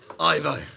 Ivo